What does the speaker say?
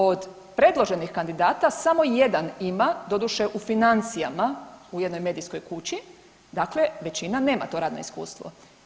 Od predloženih kandidata samo jedan ima, doduše u financijama u jednoj medijskoj kući, dakle većina nema to radno iskustvo.